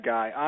Guy